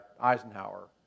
Eisenhower